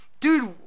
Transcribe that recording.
Dude